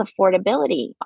affordability